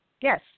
Yes